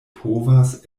povas